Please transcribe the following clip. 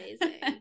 amazing